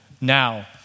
now